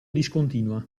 discontinua